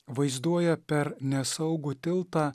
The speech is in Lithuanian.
vaizduoja per nesaugų tiltą